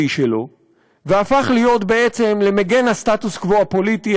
שלו והפך להיות בעצם למגן הסטטוס-קוו הפוליטי,